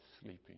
sleeping